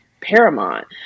paramount